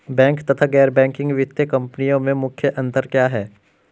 Bank तथा गैर banking वित्तीय कंपनियों में मुख्य अंतर क्या है?